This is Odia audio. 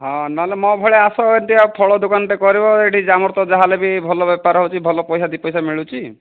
ହଁ ନହେଲେ ମୋ ଭଳିଆ ଆସ ଫଳ ଦୋକାନଟେ କରିବ ଏଠି ଆମର ତ ଯାହା ହେଲେ ବି ଭଲ ବେପାର ହେଉଛି ଭଲ ପଇସା ଦୁଇ ପଇସା ମିଳୁଛି